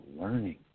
learning